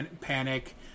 panic